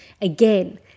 again